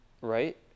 right